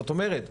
זאת אומרת,